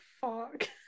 fuck